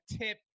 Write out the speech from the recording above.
tip